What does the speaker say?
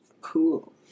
Cool